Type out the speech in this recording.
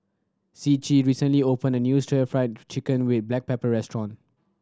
Ciji recently opened a new stir fried chicken with black pepper restaurant